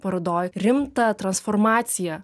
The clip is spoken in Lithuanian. parodoj rimtą transformaciją